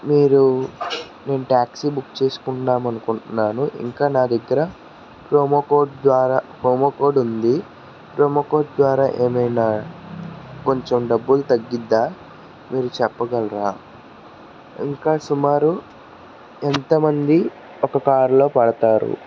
మీరు మేము taxi book చేసుకుందామనుకుంటున్నాను ఇంకా నా దగ్గర ప్రోమో కోడ్ ద్వారా ప్రోమో కోడ్ ఉంది ప్రోమో కోడ్ ద్వారా ఏమైనా కొంచెం డబ్బులు తగ్గిద్దా మీరు చెప్పగలరా ఇంకా సుమారు ఎంతమంది ఒక కారులో పడతారు